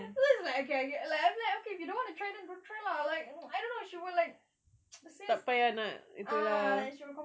just like okay I feel like okay if you don't want to try then don't try lah like I don't know she will like says ah